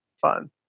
fun